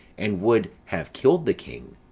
and would have killed the king.